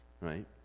right